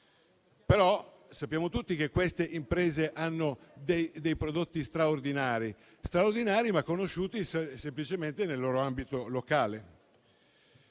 Sappiamo tutti che queste imprese hanno dei prodotti straordinari, conosciuti però semplicemente nel loro ambito locale.